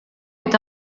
est